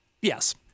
Yes